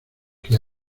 que